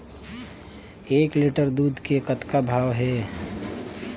एक लिटर दूध के कतका भाव हे?